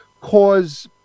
cause